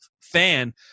fan